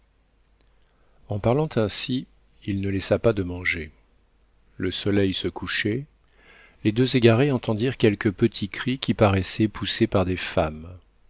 en parlant ainsi il ne laissa pas de manger le soleil se couchait les deux égarés entendirent quelques petits cris qui paraissaient poussés par des femmes